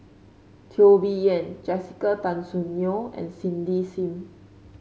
Teo Bee Yen Jessica Tan Soon Neo and Cindy Sim